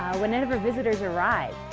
whenever visitors arrive,